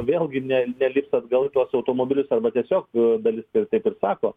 vėlgi ne nelips atgal į tuos automobilius arba tiesiog a dalis taip ir tik sako